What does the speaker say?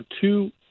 two